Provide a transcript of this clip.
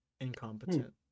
Incompetent